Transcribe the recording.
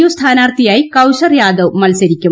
U സ്ഥാനാർത്ഥിയായി കൌശർ യാദവ് മത്സരിക്കും